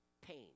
pain